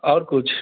आओर किछु